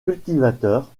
cultivateur